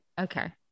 okay